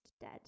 dead